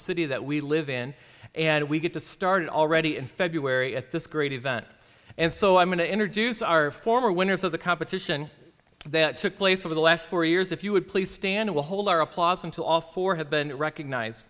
city that we live in and we get to start already in february at this great event and so i'm going to introduce our former winners of the competition that took place over the last four years if you would please stand will hold our applause until all four have been recognized